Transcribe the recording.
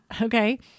Okay